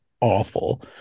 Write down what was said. awful